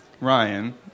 Ryan